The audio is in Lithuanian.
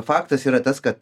faktas yra tas kad